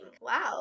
Wow